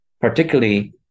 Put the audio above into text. particularly